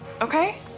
okay